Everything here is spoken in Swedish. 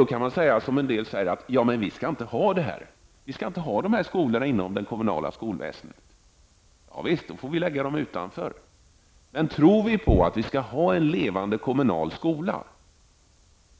Då kan man säga som en del gör: Vi skall inte ha sådana skolor inom det kommunala skolväsendet, dem får vi lägga utanför. Men om vi tror på en levande kommunal skola,